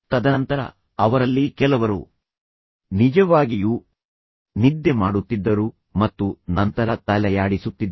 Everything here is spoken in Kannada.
ತದನಂತರ ಅವರಲ್ಲಿ ಕೆಲವರು ನಿಜವಾಗಿಯೂ ನಿದ್ದೆ ಮಾಡುತ್ತಿದ್ದರು ಮತ್ತು ನಂತರ ತಲೆಯಾಡಿಸುತ್ತಿದ್ದರು